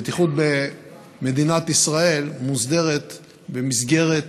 הבטיחות במדינת ישראל מוסדרת במסגרת